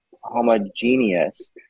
homogeneous